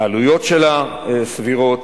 העלויות שלה סבירות,